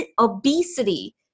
Obesity